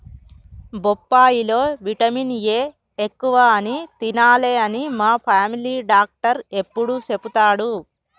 బొప్పాయి లో vitamin A ఎక్కువ అని తినాలే అని మా ఫామిలీ డాక్టర్ ఎప్పుడు చెపుతాడు